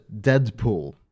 Deadpool